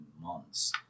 months